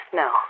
no